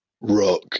Rock